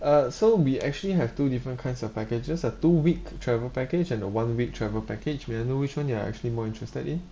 uh so we actually have two different kinds of packages a two week travel package and a one week travel package may I know which [one] you are actually more interested in